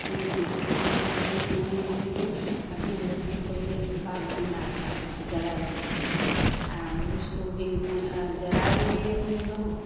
कि यह दहेज नहीं दिए थे अपनी लड़की को यह बाप भी मार डाले जला भी दिए और उसको भी जला भी दिए अपनी बहू को